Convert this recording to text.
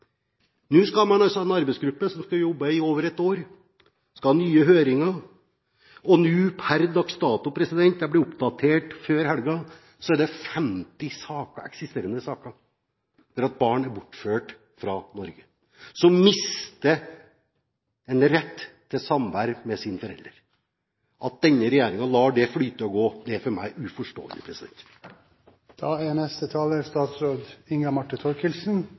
Nå skal man altså ha en arbeidsgruppe som skal jobbe i over ett år, vi skal ha nye høringer, og nå per dags dato – jeg ble oppdatert før helgen – er det 50 eksisterende saker der barn er bortført fra Norge og mister retten til samvær med en av sine foreldre. At denne regjeringen lar det flyte og gå, er for meg uforståelig.